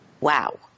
Wow